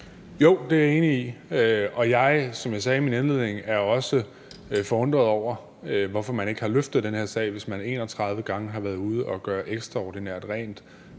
Jo, det er jeg enig i, og som jeg sagde i min indledning, er jeg også forundret over, at man ikke har løftet den her sag, hvis man 31 gange har været ude og gøre ekstraordinært rent